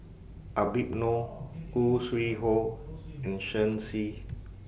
Habib Noh Khoo Sui Hoe and Shen Xi